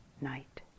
night